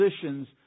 positions